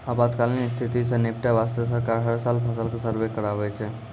आपातकालीन स्थिति सॅ निपटै वास्तॅ सरकार हर साल फसल के सर्वें कराबै छै